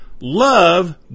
Love